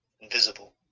invisible